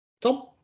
Tom